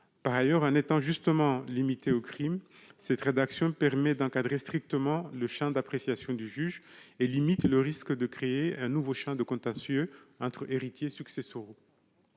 Par ailleurs, en étant justement limitée aux crimes, cette rédaction permet d'encadrer strictement le champ d'appréciation du juge et limite le risque de créer un nouveau champ de contentieux entre héritiers successoraux.